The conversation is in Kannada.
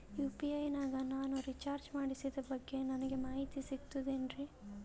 ಯು.ಪಿ.ಐ ನಾಗ ನಾನು ರಿಚಾರ್ಜ್ ಮಾಡಿಸಿದ ಬಗ್ಗೆ ನನಗೆ ಮಾಹಿತಿ ಸಿಗುತೇನ್ರೀ?